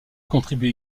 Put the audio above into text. contribue